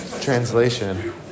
translation